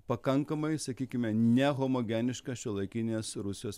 pakankamai sakykime nehomogenišką šiuolaikinės rusijos